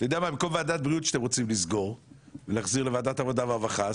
במקום ועדת בריאות שאתם רוצים לסגור ולהחזיר לוועדת העבודה והרווחה.